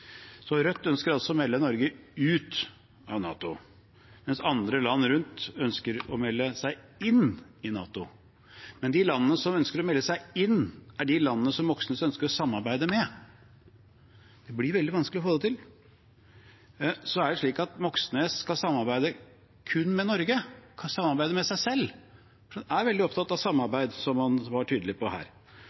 Rødt ønsker altså å melde Norge ut av NATO, mens andre land rundt ønsker å melde seg inn i NATO. Men de landene som ønsker å melde seg inn, er de landene Moxnes ønsker å samarbeide med. Det blir veldig vanskelig å få det til. Er det slik at Moxnes skal samarbeide kun med Norge – samarbeide med seg selv? For han er veldig opptatt av samarbeid, som han var tydelig på her.